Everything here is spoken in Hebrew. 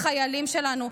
החיילים שלנו,